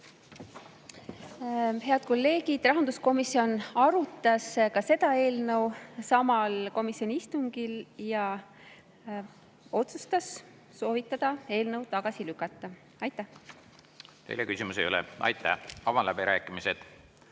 Head kolleegid! Rahanduskomisjon arutas ka seda eelnõu samal komisjoni istungil ja otsustas soovitada eelnõu tagasi lükata. Aitäh! Teile küsimusi ei ole. Aitäh! Avan läbirääkimised.